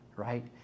Right